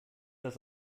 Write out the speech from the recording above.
das